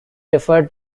refer